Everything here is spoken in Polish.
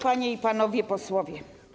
Panie i Panowie Posłowie!